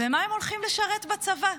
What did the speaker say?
במה הם הולכים לשרת בצבא.